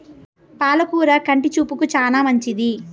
పాల కూర కంటి చూపుకు చానా మంచిది